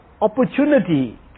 opportunity